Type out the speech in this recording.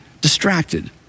distracted